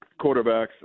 quarterbacks